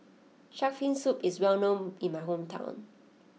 Shark's Fin Soup is well known in my hometown